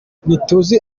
ntituzi